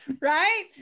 right